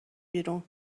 بیرون